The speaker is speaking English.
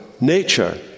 Nature